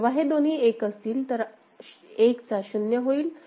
जेव्हा हे दोन्ही एक असतील हा 1 चा 0 होईल